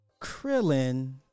Krillin